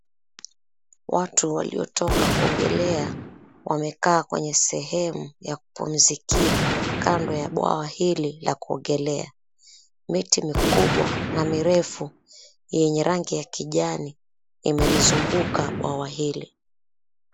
Watu waliotoka kuogelea wamekaa kwenye sehemu ya kumpumzikia kando ya bwawa hili la kuogelea miti mikubwa na mirefu yenye rangi ya kijani imelizunguka bwawa hili.